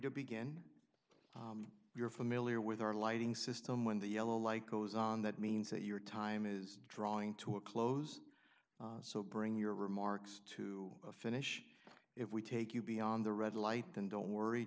to begin you're familiar with our lighting system when the yellow like goes on that means that your time is drawing to a close so bring your remarks to a finish if we take you beyond the red light than don't worry